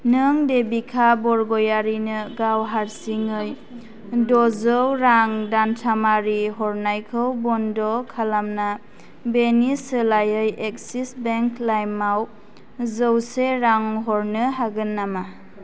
नों देबिका बरग'यारिनो गाव हारसिङै द'जौ रां दानथामारि हरनायखौ बन्द' खालामना बेनि सोलायै एक्सिस बेंक लाइम आव जौसे रां हरनो हागोन नामा